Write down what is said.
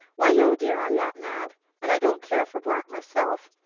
why, no, dear! i'm not mad, and i don't care for black myself.